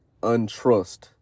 untrust